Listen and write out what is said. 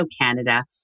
Canada